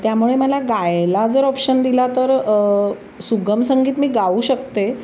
त्यामुळे मला गायला जर ऑप्शन दिला तर सुगम संगीत मी गाऊ शकते